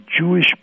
Jewish